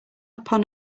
upon